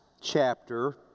chapter